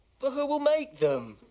well, who will make them?